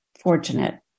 fortunate